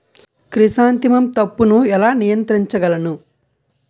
Chrysanthemum తప్పును ఎలా నియంత్రించగలను?